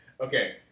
Okay